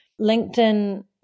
LinkedIn